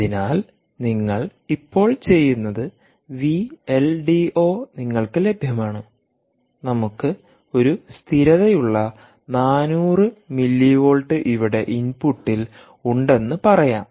അതിനാൽ നിങ്ങൾ ഇപ്പോൾ ചെയ്യുന്നത് വി എൽ ഡി ഒ നിങ്ങൾക്ക് ലഭ്യമാണ് നമുക്ക് ഒരു സ്ഥിരതയുളള 400 മില്ലിവോൾട്ട് ഇവിടെ ഇൻപുട്ടിൽ ഉണ്ടെന്ന് പറയാം